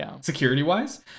security-wise